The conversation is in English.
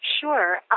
Sure